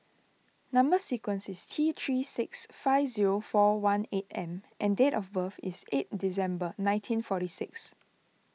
Number Sequence is T three six five zero four one eight M and date of birth is eight December nineteen forty six